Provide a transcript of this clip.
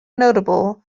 notable